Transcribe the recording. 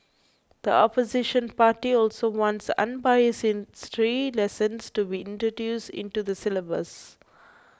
the opposition party also wants unbiased history lessons to be introduced into the syllabus